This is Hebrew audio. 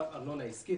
אין לה ארנונה עסקית.